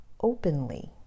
openly